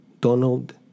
Donald